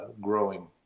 growing